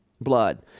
blood